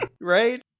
right